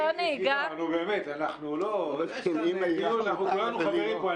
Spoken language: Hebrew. נו, באמת, אנחנו בדיון וכולנו חברים פה.